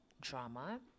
drama